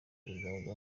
perezida